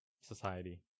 society